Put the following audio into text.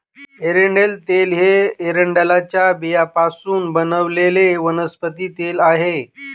एरंडेल तेल हे एरंडेलच्या बियांपासून बनवलेले वनस्पती तेल आहे